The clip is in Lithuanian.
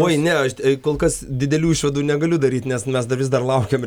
oi ne aš kol kas didelių išvadų negaliu daryt nes mes dar vis dar laukiam